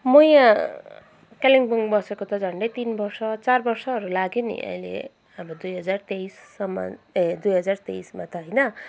म यहाँ कालिम्पोङ बसेको त झन्डै तिन वर्ष चार वर्षहरू लाग्यो नि अहिले अब दुई हजार तेइससम्म ए दुई हजार तेइसमा त होइन